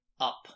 Up